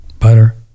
butter